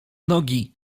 nogi